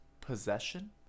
possession